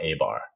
abar